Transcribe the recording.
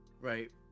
right